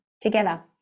together